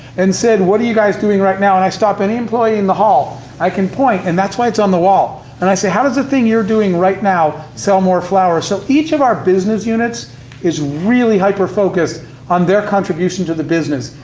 and said, what are you guys doing right now, and i stop any employee in the hall, i can point and that's why it's on the wall and i say, how does the thing you're doing right now sell more flowers? so each of our business units is really hyper focused on their contribution to the business,